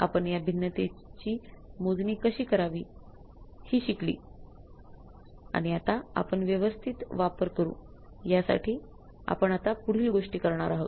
आपण या भिन्नतेची मोजणी कशी कारवी हि शिकलो आणि आता आपण व्यवस्थित वापर करू यासाठी आपण आता पुढील गोष्टी करणार आहोत